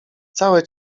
całe